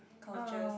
cultures